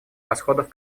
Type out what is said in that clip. расходов